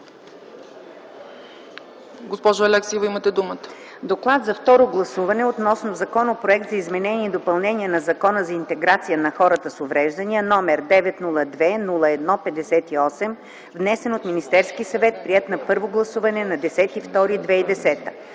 ГЕНОВЕВА АЛЕКСИЕВА: „ДОКЛАД за второ гласуване относно Законопроект за изменение и допълнение на Закона за интеграция на хората с увреждания, № 902-01-58, внесен от Министерския съвет, приет на първо гласуване на 10.02.2010